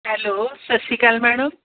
hello ਸਤਿ ਸ਼੍ਰੀ ਅਕਾਲ ਮੈਡਮ